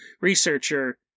researcher